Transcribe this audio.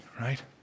right